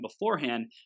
beforehand